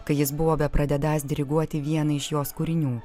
kai jis buvo bepradedąs diriguoti vieną iš jos kūrinių